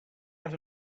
out